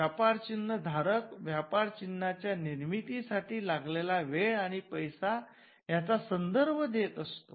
व्यापार चिन्ह धारक व्यापारचिन्हाच्या निर्मिती साठी लागलेला वेळ आणि पैसा याचा संदर्भ देत असतो